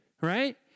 right